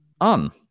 on